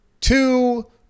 two